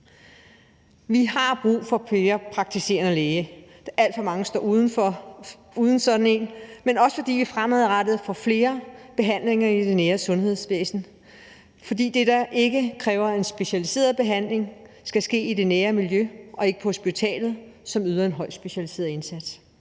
Vi har brug for flere praktiserende læger, fordi alt for mange står uden sådan en, men også fordi vi fremadrettet får flere behandlinger i det nære sundhedsvæsen; for det, der ikke kræver en specialiseret behandling, skal ske i det nære miljø og ikke på hospitalet, som yder en højt specialiseret indsats.